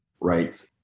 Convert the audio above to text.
right